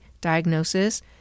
diagnosis